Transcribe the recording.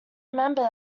remember